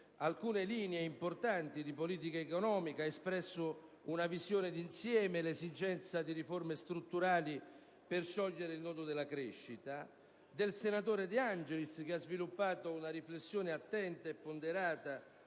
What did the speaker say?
alcune linee importanti di politica economica e una visione di insieme, oltre all'esigenza di riforme strutturali per sciogliere il nodo della crescita); al senatore De Angelis (che ha sviluppato una riflessione attenta e ponderata